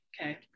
okay